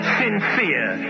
sincere